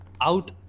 out